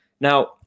Now